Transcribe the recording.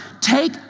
take